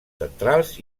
centrals